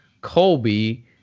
Colby